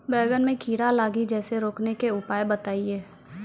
बैंगन मे कीड़ा लागि जैसे रोकने के उपाय बताइए?